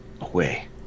away